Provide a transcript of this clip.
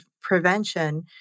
prevention